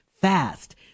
fast